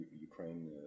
Ukraine